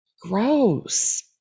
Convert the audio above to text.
gross